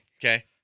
Okay